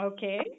Okay